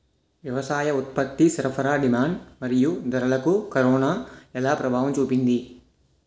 వ్యవసాయ ఉత్పత్తి సరఫరా డిమాండ్ మరియు ధరలకు కరోనా ఎలా ప్రభావం చూపింది